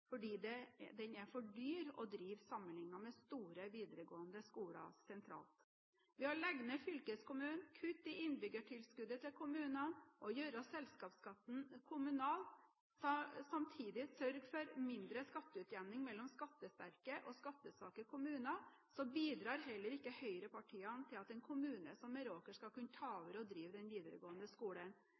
fordi den er for dyr å drive sammenlignet med store videregående skoler sentralt. Ved å legge ned fylkeskommunen, kutte i innbyggertilskuddet til kommunene og gjøre selskapsskatten kommunal – og samtidig sørge for mindre skatteutjevning mellom skattesterke og skattesvake kommuner – bidrar heller ikke høyrepartiene til at en kommune som Meråker skal kunne ta over og drive den videregående skolen.